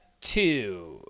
two